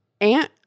Aunt